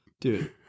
Dude